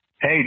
hey